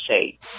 shape